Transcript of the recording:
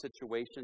situation